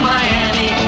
Miami